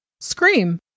Scream